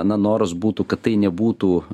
na noras būtų kad tai nebūtų